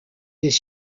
des